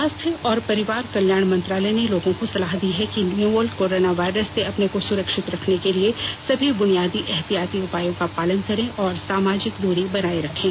स्वास्थ्य और परिवार कल्याण मंत्रालय ने लोगों को सलाह दी है कि वे नोवल कोरोना वायरस से अपने को सुरक्षित रखने के लिए सभी बुनियादी एहतियाती उपायों का पालन करें और सामाजिक दूरी बनाए रखें